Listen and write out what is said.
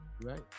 right